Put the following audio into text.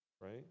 right